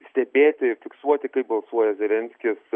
stebėti fiksuoti kaip balsuoja zelenskis